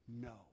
no